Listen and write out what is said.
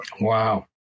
Wow